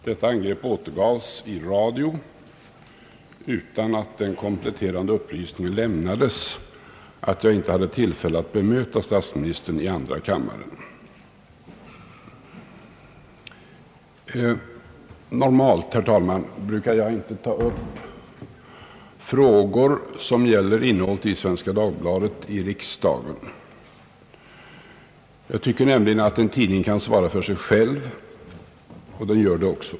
Detta angrepp återgavs i radio utan att den kompletterande upplysningen lämnades att jag inte hade tillfälle att bemöta statsministern i andra kammaren. Normalt, herr talman, brukar jag inte i riksdagen ta upp frågor, som gäller innehållet i Svenska Dagbladet. Jag tycker nämligen att en tidning kan svara för sig själv, och det gör den också.